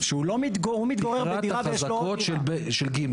שהוא לא מתגורר בדירה ויש לו --- תקרא את החזקות של (ג).